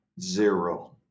Zero